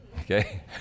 okay